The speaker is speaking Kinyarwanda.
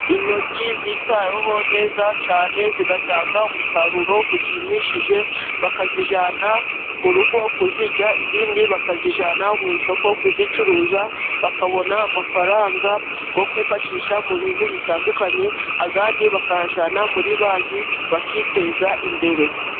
Intoryi zitaweho neza cyane zigatanga umusaruro ushimishije, bakazijyana mu rugo kuzirya, izindi bakazijyana mu isoko kuzicuruza, bakabona amafaranga yo kwifashisha mu bintu bitandukanye, ayandi bakayajyana muri banki bakiteza imbere.